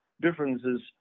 differences